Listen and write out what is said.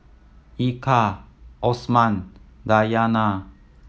Eka Osman Dayana